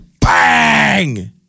bang